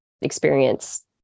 experience